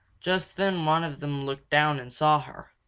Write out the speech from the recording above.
just then one of them looked down and saw her.